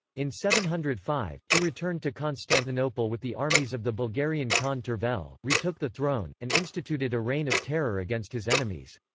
in seven hundred and five, he returned to constantinople with the armies of the bulgarian khan tervel, retook the throne, and instituted a reign of terror against his enemies.